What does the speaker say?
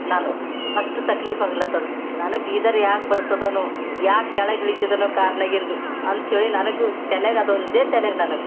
ನನಗೆ ಫಸ್ಟ್ ತಕ್ಲೀಫ್ ಆಗ್ಲತ್ತದ ನನಗೆ ಬೀದರ್ ಯಾಗ್ ಬರ್ತದೇನೋ ಯಾಗ್ ಕೆಳಗ ಇಳಿತಿದೇನೋ ಕಾರ್ನ್ಯಾಗಿಂದು ಅಂತೇಳಿ ನನಗೆ ತೆಲ್ಯಾಗ ಅದೊಂದೆ ತೆಲ್ಯಾಗ ನನಗೆ